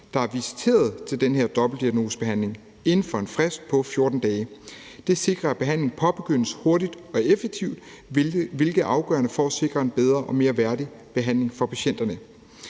der er visiteret til den her dobbeltdiagnosebehandling, inden for en frist på 14 dage. Det sikrer, at behandlingen påbegyndes hurtigt og effektivt, hvilket er afgørende for at sikre en bedre og mere værdig behandling af patienterne.